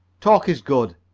talk is good,